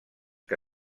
que